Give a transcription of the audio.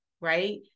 right